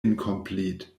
incomplete